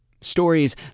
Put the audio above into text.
Stories